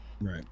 Right